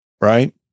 right